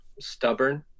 Stubborn